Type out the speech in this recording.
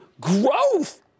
growth